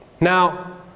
Now